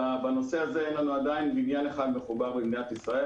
אין לנו עדיין בניין אחד מחובר במדינת ישראל,